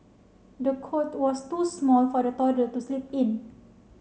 the cot was too small for the toddler to sleep in